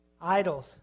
Idols